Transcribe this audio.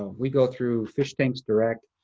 we go through fish tanks direct.